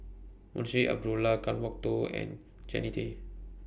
Munshi Abdullah Kan Kwok Toh and Jannie Tay